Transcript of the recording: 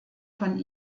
von